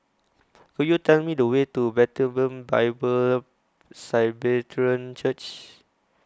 Could YOU Tell Me The Way to Bethlehem Bible Church